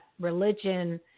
religion